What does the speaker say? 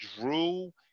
Drew –